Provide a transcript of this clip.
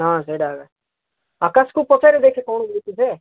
ହଁ ସେଇଟା ଆକାଶକୁ ପଚାରେ ଦେଖେ କ'ଣ କହୁଛି ସେ